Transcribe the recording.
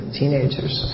teenagers